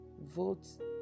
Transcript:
Vote